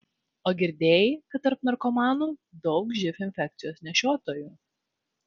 o girdėjai kad tarp narkomanų daug živ infekcijos nešiotojų